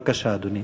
בבקשה, אדוני.